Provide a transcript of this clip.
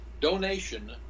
donation